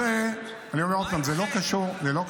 אדוני שר הביטחון, ציטטתי לך את